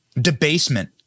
debasement